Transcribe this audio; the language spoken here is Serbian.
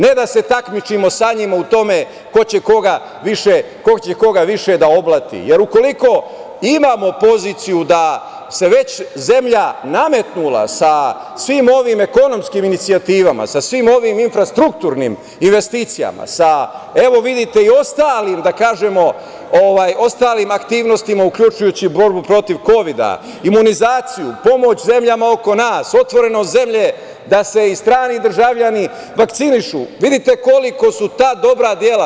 Ne da se takmičimo sa njima u tome ko će koga više da oblati, jer ukoliko imamo poziciju da se već zemlja nametnula sa svim ovim ekonomskim inicijativama, sa svim ovim infrastrukturnim investicijama, sa evo vidite i ostalim da kažemo aktivnostima, uključujući borbu protiv kovida, imunizaciju, pomoć zemljama oko nas, otvorenost zemlje da se i strani državljani vakcinišu, vidite koliko su ta dobra dela.